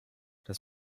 das